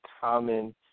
common